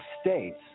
states